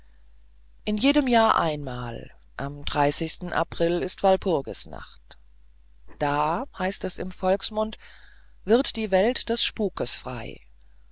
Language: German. in jedem jahr einmal am april ist walpurgisnacht da heißt es im volksmund wird die welt des spukes frei